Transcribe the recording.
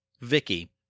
Vicky